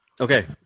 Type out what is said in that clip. Okay